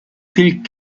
philip